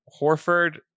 Horford